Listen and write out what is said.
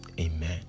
amen